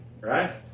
right